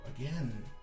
again